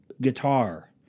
guitar